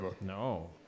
No